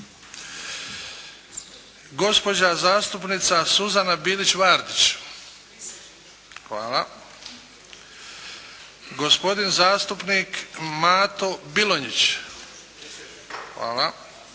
gospodin zastupnik Mato Bilonjić –